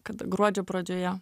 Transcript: kada gruodžio pradžioje